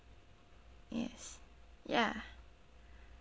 yes ya